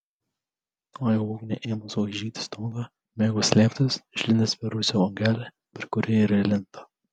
o jau ugniai ėmus laižyti stogą bėgo slėptis išlindęs per rūsio langelį per kurį ir įlindo